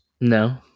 No